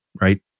right